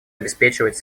обеспечивать